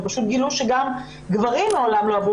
הם פשוט גילו שגם גברים מעולם לא עברו